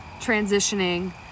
transitioning